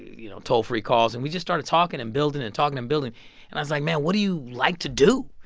you know toll-free calls. and we just started talking and building and talking and building and i was like, man, what do you like to do?